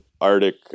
arctic